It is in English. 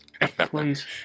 Please